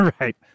right